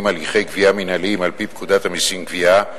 הליכי גבייה מינהליים על-פי פקודת המסים (גבייה),